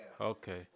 Okay